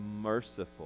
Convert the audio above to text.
merciful